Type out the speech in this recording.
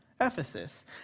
Ephesus